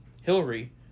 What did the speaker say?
Hillary